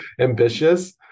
ambitious